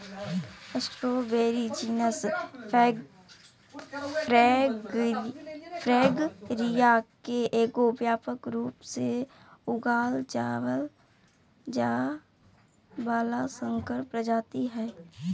strawberry genus Fragaria के एगो व्यापक रूप से उगाल जाय वला संकर प्रजाति हइ